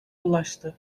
ulaştı